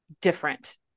different